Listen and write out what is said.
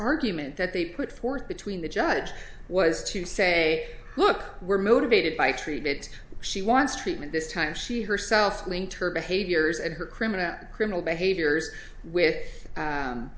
argument that they put forth between the judge was to say look we're motivated by treated she wants treatment this time she herself going to her behaviors and her criminal criminal behaviors with